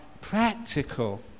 practical